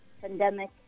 pandemic